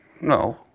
No